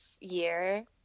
year